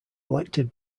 elected